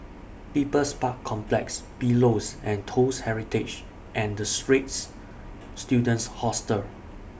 People's Park Complex Pillows and Toast Heritage and The Straits Students Hostel